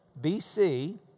BC